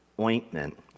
ointment